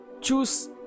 Choose